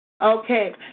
Okay